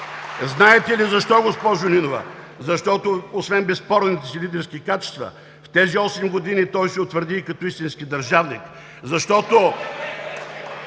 Знаете ли защо, госпожо Нинова? Защото, освен безспорните си лидерски качества, в тези осем години той се утвърди като истински държавник. (Смях